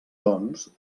doncs